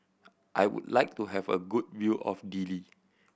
I would like to have a good view of Dili